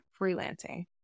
freelancing